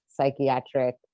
psychiatric